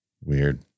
Weird